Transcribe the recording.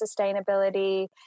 sustainability